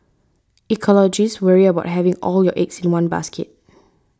ecologists worry about having all your eggs in one basket